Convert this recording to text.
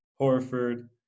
Horford